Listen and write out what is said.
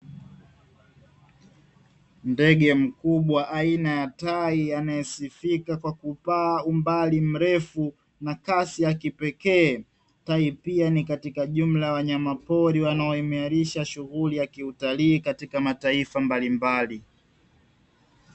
Ndege mkubwa aina ya tai anayesifika kwa kupaa umbali mrefu, na kasi ya kipekee. Tai pia ni katika jumla ya wanyamapori wanaoimarisha shughuli ya kiutalii katika mataifa mbalimbali.